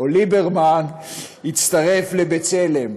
או ליברמן הצטרף ל"בצלם".